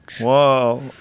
whoa